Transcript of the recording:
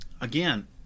Again